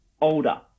older